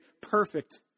perfect